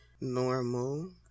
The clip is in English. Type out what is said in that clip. normal